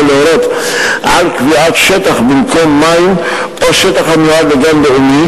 להורות על קביעת שטח במקור מים או שטח המיועד לגן לאומי